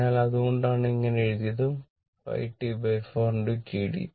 അതിനാൽ അതുകൊണ്ടാണ് ഇങ്ങനെ എഴുതിയത് 5 T4 tdt